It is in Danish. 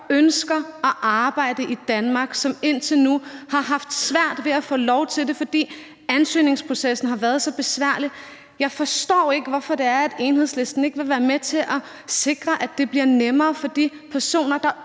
ønsker at arbejde i Danmark, som indtil nu har haft svært ved at få lov til det, fordi ansøgningsprocessen har været så besværlig. Jeg forstår ikke, hvorfor Enhedslisten ikke vil være med til at sikre, at det bliver nemmere for de personer, der